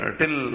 till